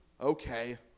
Okay